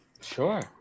Sure